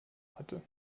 hatte